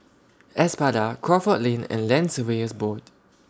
Espada Crawford Lane and Land Surveyors Board